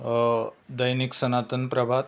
दैनीक Sanatan प्रभात